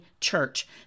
church